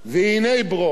והנה ברוך.